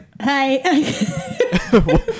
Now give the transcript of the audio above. Hi